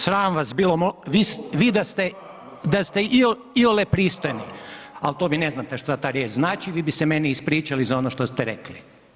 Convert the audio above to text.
Sram vas bilo, vi da ste iole pristojne, ali to vi ne znate šta ta riječ znači vi bi se meni ispričali za ono što ste rekli.